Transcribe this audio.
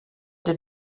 did